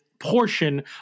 portion